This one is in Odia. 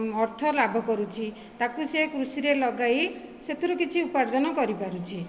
ଅର୍ଥ ଲାଭ କରୁଛି ତାକୁ ସେ କୃଷିରେ ଲଗାଇ ସେଥିରୁ କିଛି ଉପର୍ଜନ କରିପାରୁଛି